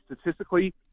statistically